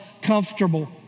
comfortable